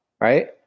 right